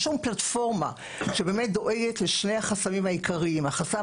פלטפורמה שבאמת דואגת לשני החסמים העיקריים: החסם